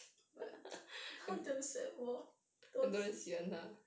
but 他 damn sad though 很多